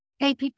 APP